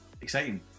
exciting